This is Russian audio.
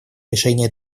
решения